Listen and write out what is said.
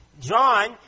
John